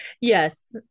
Yes